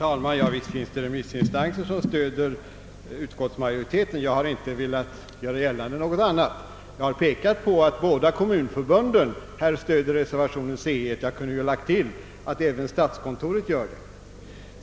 Herr talman! Visst finns det remissinstanser som stöder utskottsmajoriteten. Jag har inte påstått något annat. Jag har bara pekat på att båda kommunförbunden stöder reservation c 1. Jag kunde ha tillagt att även statskontoret gör det.